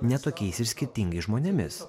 ne tokiais ir skirtingais žmonėmis